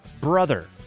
brother